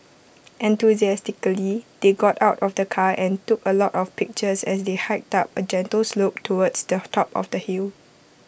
enthusiastically they got out of the car and took A lot of pictures as they hiked up A gentle slope towards the top of the hill